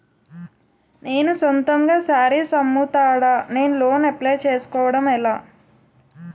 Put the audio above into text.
నేను సొంతంగా శారీస్ అమ్ముతాడ, నేను లోన్ అప్లయ్ చేసుకోవడం ఎలా?